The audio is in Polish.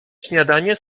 śniadanie